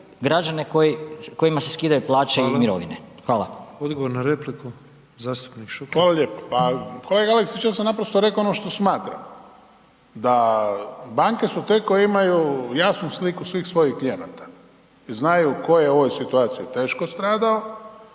građane kojima se skidaju plaće i mirovine. Hvala. **Petrov, Božo (MOST)** Hvala. Odgovor na repliku, zastupnik Šuker. **Šuker, Ivan (HDZ)** Hvala lijepo. Pa kolega Aleksić, ja sam naprosto rekao ono što smatram, da banke su te koje imaju jasnu sliku svih svojih klijenata i znaju tko je u ovoj situaciji teško stradao,